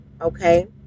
Okay